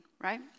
right